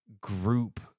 group